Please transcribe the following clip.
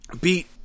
beat